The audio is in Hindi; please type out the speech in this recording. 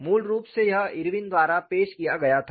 मूल रूप से यह इरविन द्वारा पेश किया गया था